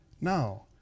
now